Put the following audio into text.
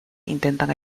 intentan